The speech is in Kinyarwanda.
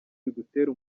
bigutera